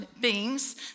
beings